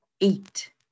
Eight